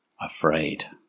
afraid